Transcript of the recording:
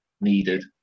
Needed